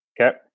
Okay